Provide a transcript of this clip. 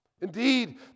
Indeed